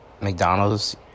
McDonald's